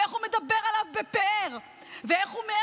ואיך הוא מדבר עליו בפאר,